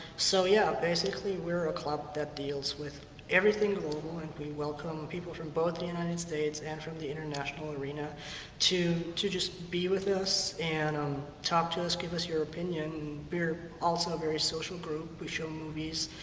so, yeah, basically we're a club that deals with everything global and we welcome people from both the united states and from the international arena to to just be with us and um talk to us and give us your opinion. we're also a very social group. we show movies.